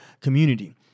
community